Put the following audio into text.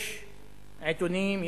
יש עיתונים,